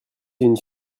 une